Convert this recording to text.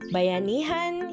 Bayanihan